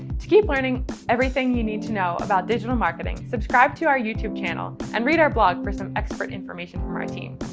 to keep learning everything you need to know about digital marketing, subscribe to our youtube channel and read our blog for some expert information from our team.